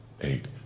eight